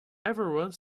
everyone